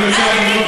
הזמינו אותנו